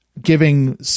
giving